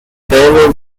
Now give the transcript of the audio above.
payload